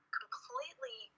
completely